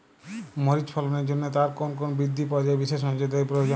মরিচ ফলনের জন্য তার কোন কোন বৃদ্ধি পর্যায়ে বিশেষ নজরদারি প্রয়োজন?